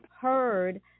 heard